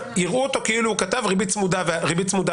יראו אותו כאילו הוא כתב ריבית צמודה והצמדה.